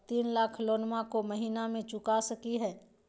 तीन लाख लोनमा को महीना मे चुका सकी हय?